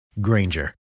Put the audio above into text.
Granger